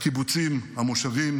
הקיבוצים, המושבים